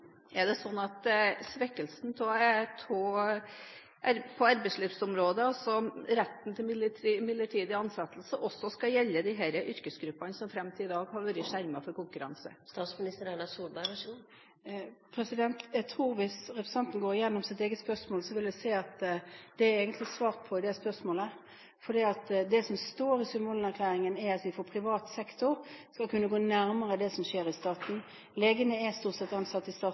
Er det sånn at svekkelsene på arbeidslivsområdet, som retten til midlertidig ansettelse, også skal gjelde disse yrkesgruppene som fram til i dag har vært skjermet for konkurranse? Jeg tror at hvis representanten går gjennom sitt eget spørsmål, vil hun se at det er egentlig svart på det. For det som står i Sundvolden-erklæringen, er at vi for privat sektor skal kunne gå nærmere det som skjer i staten. Legene er stort sett ansatt i staten,